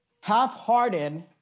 half-hearted